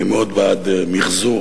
אני מאוד בעד מיחזור,